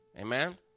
Amen